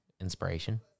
inspiration